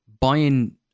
buying